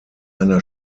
einer